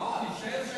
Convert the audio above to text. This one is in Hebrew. לא, אני שואל שאלה.